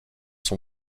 son